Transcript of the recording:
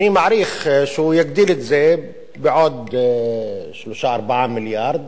אני מעריך שהוא יגדיל את זה בעוד 3 4 מיליארד.